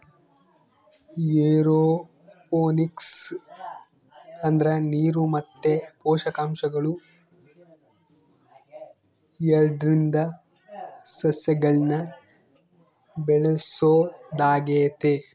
aeroponics ಅಂದ್ರ ನೀರು ಮತ್ತೆ ಪೋಷಕಾಂಶಗಳು ಎರಡ್ರಿಂದ ಸಸಿಗಳ್ನ ಬೆಳೆಸೊದಾಗೆತೆ